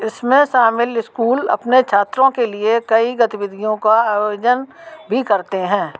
इसमें शामिल स्कूल अपने छात्रों के लिए कई गतिविधियों का आयोजन भी करते हैं